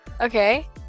Okay